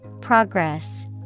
Progress